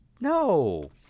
No